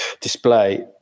display